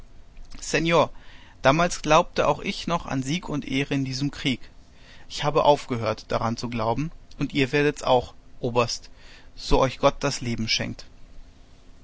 damals glaubte auch ich noch an sieg und ehre in diesem krieg ich habe aufgehört daran zu glauben und ihr werdet's auch oberst so euch gott das leben schenkt